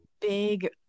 big